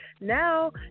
Now